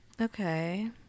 Okay